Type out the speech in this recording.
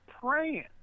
praying